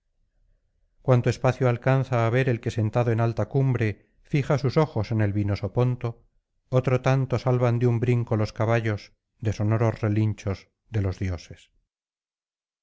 cuanto espacio alcanza á ver el que sentado en alta cumbre fija sus ojos en el vinoso ponto otro tanto salvan de un brinco los caballos de sonoros relinchos de los dioses